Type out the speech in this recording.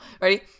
Ready